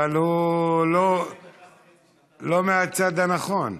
אבל הוא לא מהצד הנכון.